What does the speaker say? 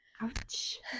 ouch